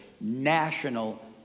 national